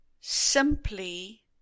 simply